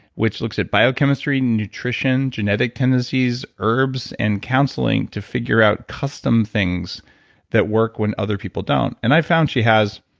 which looks at biochemistry, nutrition, genetic tendencies, herbs and counseling to figure out custom things that work when other people don't. and i found she has